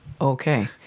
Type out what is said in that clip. okay